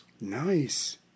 Nice